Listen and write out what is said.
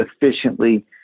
efficiently